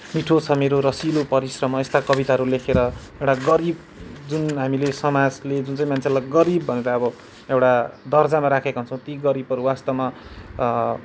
मिठो छ मेरो रसिलो परिश्रम यस्ता कविताहरू लेखेर एउटा गरीब जुन हामीले समाजले जुन चाहिँ मान्छेलाई गरीब भनेर अब एउटा दर्जामा राखेका हुन्छौँ ती गरीबहरू वास्तवमा